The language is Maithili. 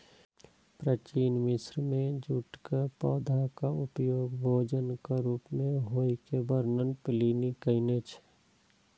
प्राचीन मिस्र मे जूटक पौधाक उपयोग भोजनक रूप मे होइ के वर्णन प्लिनी कयने छै